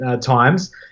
times